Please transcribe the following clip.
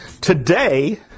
Today